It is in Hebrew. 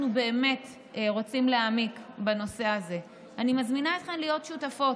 אנחנו סיכמנו שאנחנו מעבירים את הצעת החוק בטרומית,